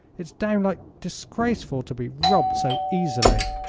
it's downright disgraceful to be robbed so easily.